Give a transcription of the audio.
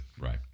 right